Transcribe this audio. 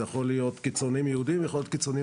זה יכול להיות קיצונים יהודים ויכול להיות קיצונים